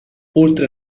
oltre